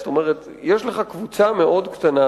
זאת אומרת שיש לך קבוצה מאוד קטנה,